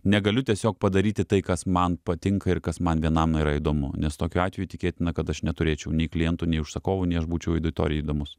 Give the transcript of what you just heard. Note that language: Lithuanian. negaliu tiesiog padaryti tai kas man patinka ir kas man vienam yra įdomu nes tokiu atveju tikėtina kad aš neturėčiau nei klientų nei užsakovų nei aš būčiau auditorijai įdomus